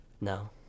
No